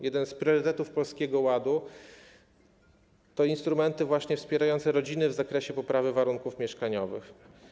Jeden z priorytetów Polskiego Ładu to instrumenty wspierające rodziny w zakresie poprawy warunków mieszkaniowych.